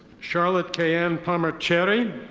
charlotte kayanne palmer cherry.